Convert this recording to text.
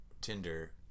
tinder